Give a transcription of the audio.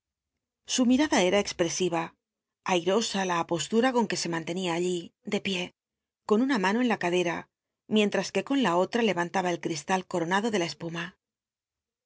su mirada era expresiva airosa la at oslura con que se mantenía alli de pié con una llléllloen la cadera mienlras que con la otra lenmtaba el cl'isl l coonado de la espuma ayer